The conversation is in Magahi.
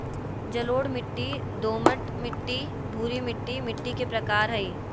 जलोढ़ मिट्टी, दोमट मिट्टी, भूरी मिट्टी मिट्टी के प्रकार हय